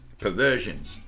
perversions